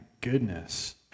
goodness